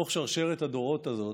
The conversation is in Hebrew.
בתוך שרשרת הדורות הזאת